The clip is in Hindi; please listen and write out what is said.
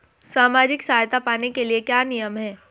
सामाजिक सहायता पाने के लिए क्या नियम हैं?